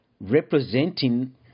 representing